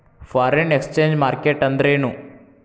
Foreign exchange market ಅಂದ್ರೇನು?